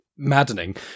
maddening